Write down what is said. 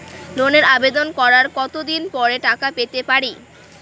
লোনের আবেদন করার কত দিন পরে টাকা পেতে পারি?